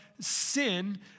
sin